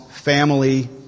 family